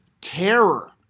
terror